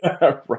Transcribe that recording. Right